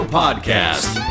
podcast